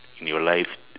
in your life